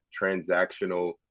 transactional